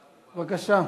בבקשה.